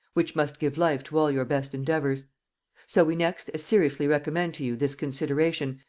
which must give life to all your best endeavours so we next as seriously recommend to you this consideration,